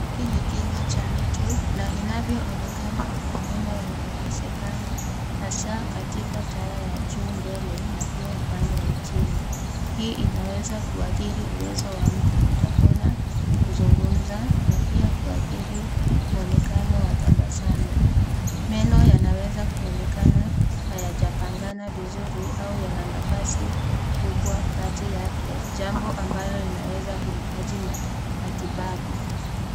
Hiki ni kinywa cha mtu na inavyoonekana kuna meno yanayokosekana hasa katika taya ya juu mbele na upande wa chini. Hii inaweza kuathiri uwezo wa mtu kutafuna, kuzungumza na pia kuathiri mwonekano wa tabasamu. Meno yanaweza kuonekana hayajapangana vizuri au yana nafasi kubwa kati yake, jambo ambalo linaweza kuhitaji matibabu.